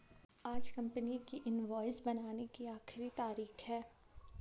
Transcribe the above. आज कंपनी की इनवॉइस बनाने की आखिरी तारीख है